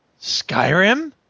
Skyrim